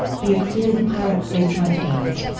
the acfi and the pirate bay tried to buy it.